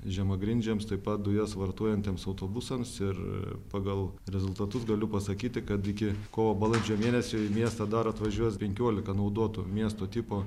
žemagrindžiams taip pat dujas vartojantiems autobusams ir pagal rezultatus galiu pasakyti kad iki kovo balandžio mėnesio į miestą dar atvažiuos penkiolika naudotų miesto tipo